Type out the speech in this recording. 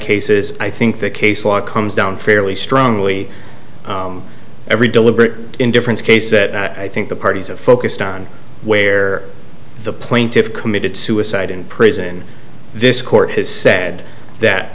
cases i think the case law comes down fairly strongly every deliberate indifference case that i think the parties have focused on where the plaintiffs committed suicide in prison in this court has said that